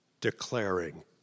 declaring